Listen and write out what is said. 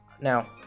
now